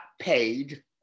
paid